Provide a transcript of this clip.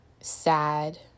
sad